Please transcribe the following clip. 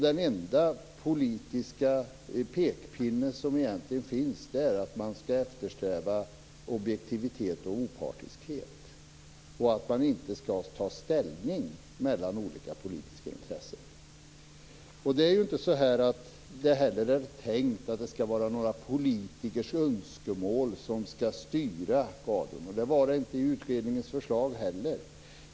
Den enda politiska pekpinne som finns är att man skall eftersträva objektivitet och opartiskhet och att man inte skall ta ställning mellan olika politiska intressen. Det är inte tänkt att det skall vara några politikers önskemål som skall styra radion. Det var inte så i utredningens förslag heller.